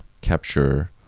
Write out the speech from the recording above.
capture